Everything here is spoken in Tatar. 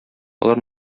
алар